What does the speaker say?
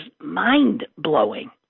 mind-blowing